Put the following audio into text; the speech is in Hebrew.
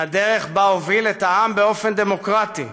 מהדרך שבה הוביל את העם באופן דמוקרטי.